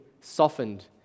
softened